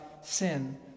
sin